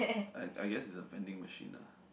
I I guess it's a vending machine lah